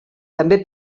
també